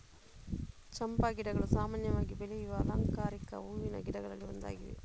ಚಂಪಾ ಗಿಡಗಳು ಸಾಮಾನ್ಯವಾಗಿ ಬೆಳೆಯುವ ಅಲಂಕಾರಿಕ ಹೂವಿನ ಗಿಡಗಳಲ್ಲಿ ಒಂದಾಗಿವೆ